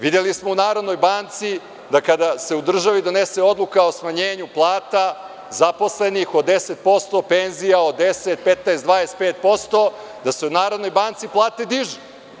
Videli smo u Narodnoj banci da kada se u državi donese odluka o smanjenju plata zaposlenih od 10%, penzija od 10, 15, 25%, da se u Narodnoj banci plate dižu.